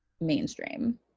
mainstream